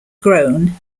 grown